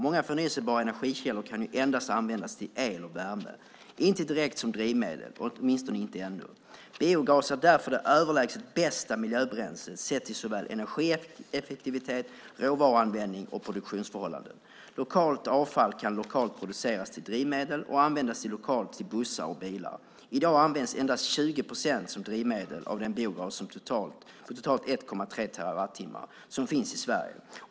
Många förnybara energikällor kan ju endast användas till el och värme, inte direkt som drivmedel, åtminstone inte ännu. Biogas är därför det överlägset bästa miljöbränslet sett till såväl energieffektivitet som råvaruanvändning och produktionsförhållanden. Lokalt avfall kan lokalt produceras till drivmedel och användas lokalt till bussar och bilar. I dag används endast 20 procent som drivmedel av den biogas på totalt 1,3 terawattimmar som finns i Sverige.